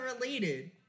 related